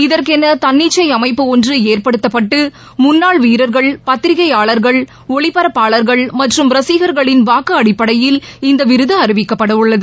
இதற்கென தன்னிச்சை அமைப்பு ஒன்று ஏற்படுத்தப்பட்டு முன்னாள் வீரர்கள் பத்திரிகையாளர்கள் ஒளிபரப்பாளர்கள் மற்றும் ரசிகர்களின் வாக்கு அடிப்படையில் இந்த விருது அறிவிக்கப்படவுள்ளது